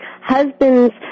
Husbands